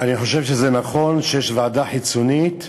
אני חושב שזה נכון שיש ועדה חיצונית,